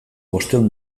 bostehun